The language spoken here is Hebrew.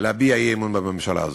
להביע אי-אמון בממשלה הזאת.